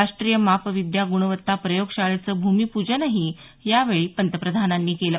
राष्ट्रीय मापविद्या गुणवत्ता प्रयोगशाळेचं भूमिपूजनही यावेळी पंतप्रधानांनी केलं